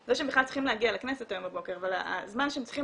זה שהם בכלל צריכים להגיע לכנסת היום בבוקר והזמן שהם צריכים